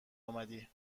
اومدی